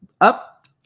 up